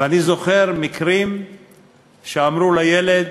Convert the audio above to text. ואני זוכר מקרים שאמרו לילד: